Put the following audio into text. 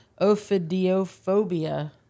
ophidiophobia